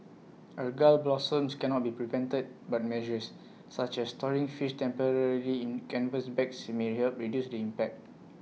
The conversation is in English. algal blooms cannot be prevented but measures such as storing fish temporarily in canvas bags may help reduce the impact